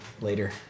Later